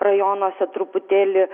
rajonuose truputėlį